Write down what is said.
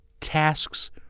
tasks